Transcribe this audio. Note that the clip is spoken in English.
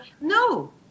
no